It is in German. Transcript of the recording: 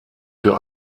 für